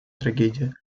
трагедия